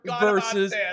versus